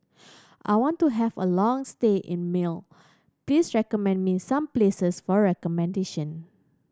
I want to have a long stay in Male please recommend me some places for accommodation